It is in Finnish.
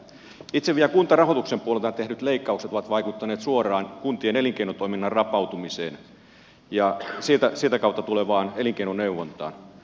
vielä itse kuntarahoituksen puolelta tehdyt leikkaukset ovat vaikuttaneet suoraan kuntien elinkeinotoiminnan rapautumiseen ja sitä kautta tulevaan elinkeinoneuvontaan